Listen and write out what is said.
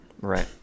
Right